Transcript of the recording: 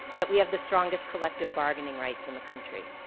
yet we have the strongest collective bargaining rights in the country.